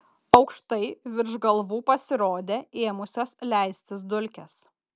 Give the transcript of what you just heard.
aukštai virš galvų pasirodė ėmusios leistis dulkės